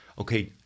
okay